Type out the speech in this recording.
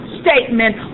statement